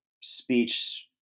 speech